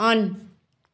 on